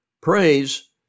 Praise